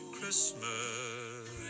Christmas